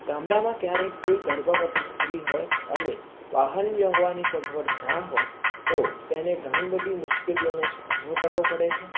ગામડામાં ક્યારે કોઈ ગર્ભવતી સ્ત્રી હોય અને વાહન વ્યવહારની સગવડ ન હોય તો તેને ઘણી બધી મુશ્કેલીઓનો સામનો કરવો પડે છે